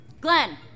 Glenn